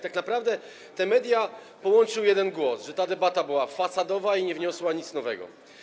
Tak naprawdę te media połączył jeden głos: ta debata była fasadowa i nie wniosła nic nowego.